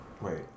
wait